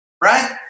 right